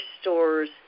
stores